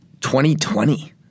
2020